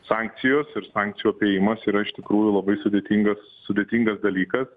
sankcijos ir sankcijų apėjimas yra iš tikrųjų labai sudėtingas sudėtingas dalykas